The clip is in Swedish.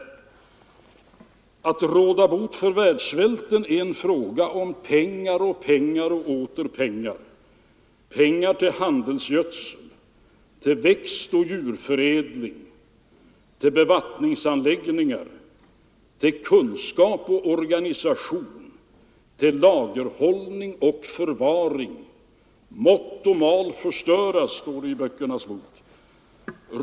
Att råda bot på världssvälten är en fråga om pengar, pengar och åter pengar — pengar till handelsgödsel, till växtoch djurförädling, till bevattningsanläggningar, till kunskap och organisation, till lagerhållning och förvaring. Mott och mal förstöra, står det i Böckernas bok.